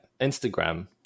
Instagram